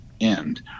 end